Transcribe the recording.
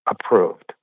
approved